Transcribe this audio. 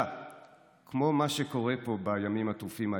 כמו מה שקורה פה בימים הטרופים האלה?